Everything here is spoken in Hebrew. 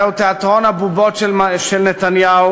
זהו תיאטרון הבובות של נתניהו,